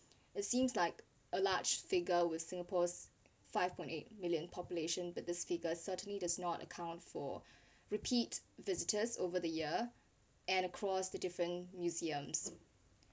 it seems like a large figure with singapore's five point eight million population but this figure certainly does not account for repeat visitors over the year and across the different museums